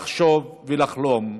לחשוב ולחלום,